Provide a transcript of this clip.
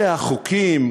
אלה החוקים,